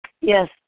Yes